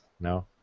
No